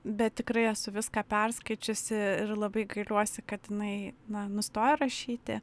bet tikrai esu viską perskaičiusi ir labai gailiuosi kad jinai na nustojo rašyti